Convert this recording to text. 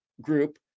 group